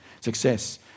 success